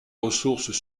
ressources